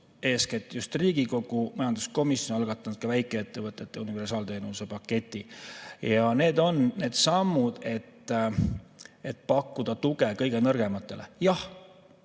eeskätt just Riigikogu majanduskomisjon algatanud ka väikeettevõtete universaalteenuse paketi. Need on sammud, et pakkuda tuge kõige nõrgematele. Jah,